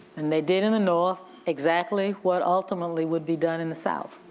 and they did in the north exactly what ultimately would be done in the south,